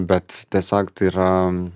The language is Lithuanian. bet tiesiog tai yra